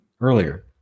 earlier